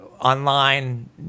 online